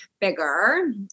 bigger